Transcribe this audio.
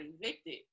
evicted